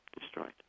destroyed